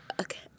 Okay